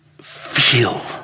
feel